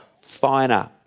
finer